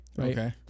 Okay